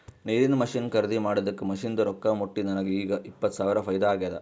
ನೀರಿಂದ್ ಮಷಿನ್ ಖರ್ದಿ ಮಾಡಿದ್ದುಕ್ ಮಷಿನ್ದು ರೊಕ್ಕಾ ಮುಟ್ಟಿ ನನಗ ಈಗ್ ಇಪ್ಪತ್ ಸಾವಿರ ಫೈದಾ ಆಗ್ಯಾದ್